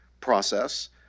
process